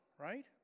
right